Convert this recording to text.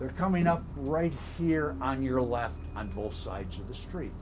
they're coming up right here on your lap on both sides of the street